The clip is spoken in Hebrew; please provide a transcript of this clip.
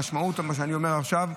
המשמעות של מה שאני אומר עכשיו,